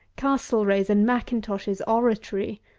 castlereagh's and mackintosh's oratory,